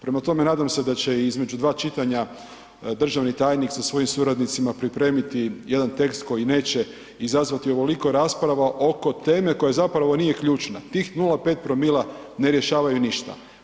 Prema tome nadam se da će između dva čitanja državni tajnik sa svojim suradnicima pripremiti jedan tekst koji neće izazvati ovoliko rasprava oko teme koja zapravo nije ključna, tih 0,5‰ ne rješavaju ništa.